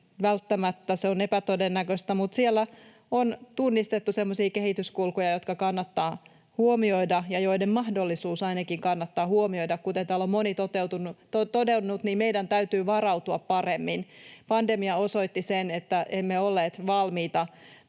— se on epätodennäköistä — mutta siellä on tunnistettu semmoisia kehityskulkuja, jotka kannattaa huomioida ja joista ainakin mahdollisuus kannattaa huomioida. Kuten täällä on moni todennut, meidän täytyy varautua paremmin. Pandemia osoitti sen, että emme olleet valmiita.